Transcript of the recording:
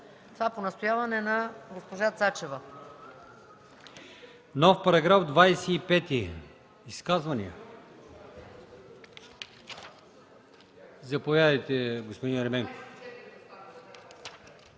Това е по настояване на госпожа Цецка